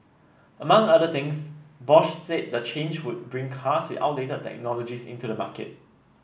among other things Bosch said the change would bring cars with outdated technologies into the market